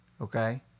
Okay